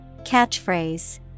Catchphrase